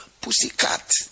pussycat